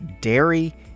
dairy